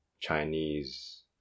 Chinese